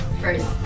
first